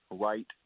right